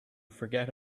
forget